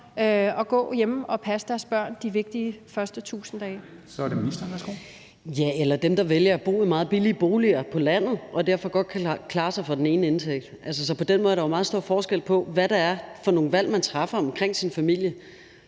og undervisningsministeren (Pernille Rosenkrantz-Theil): Det kunne også være dem, der vælger at bo i meget billige boliger på landet og derfor godt kan klare sig for den ene indtægt. Altså, på den måde er der jo meget stor forskel på, hvad det er for nogle valg, man træffer omkring sin familie.